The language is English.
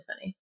funny